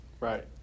Right